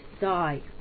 die